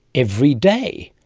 everyday.